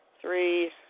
three